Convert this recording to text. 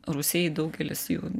rūsiai daugelis jų